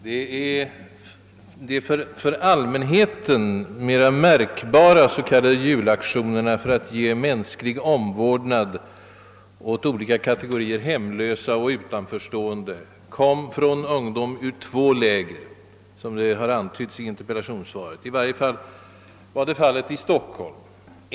De för allmänheten mera märkbara s.k. julaktionerna för att ge mänsklig omvårdnad åt olika kategorier hemlösa och utanförstående kom från ungdom ur två läger, som ju också antytts i interpellationssvaret. Jag kan bekräfta att detta var förhållandet i Stockholm.